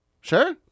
Sure